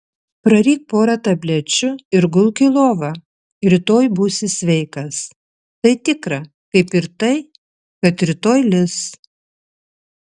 praryk porą tablečių ir gulk į lovą rytoj būsi sveikas tai tikra kaip ir tai kad rytoj lis